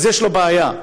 יש לו בעיה.